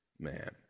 Man